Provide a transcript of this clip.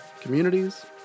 communities